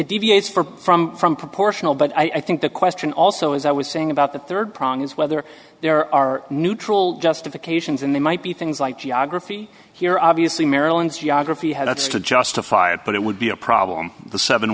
deviates from from from proportional but i think the question also as i was saying about the third prong is whether there are neutral justifications and they might be things like geography here obviously maryland's ja graphy had that's to justify it but it would be a problem the seven